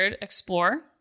Explore